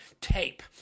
tape